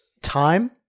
time